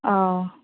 ᱚ